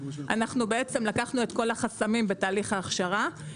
לקחנו את כל החסמים בתהליך ההכשרה,